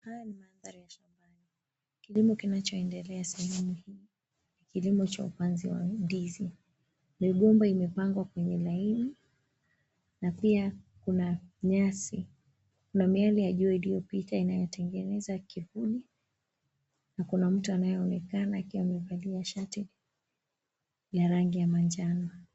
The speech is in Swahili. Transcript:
Haya ni maanthari ya shambani, kilimo kinachoendelea sehemu hii ni kilimo cha ndizi. Migomba imepangwa kwenye laini na pia kuna nyasi. Miale ya jua iliyopita inatengeneza kivuli na kuna mtu anayeonekana amevalia shati ya rangi ya manjano.